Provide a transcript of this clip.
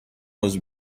was